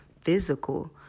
physical